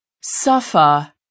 suffer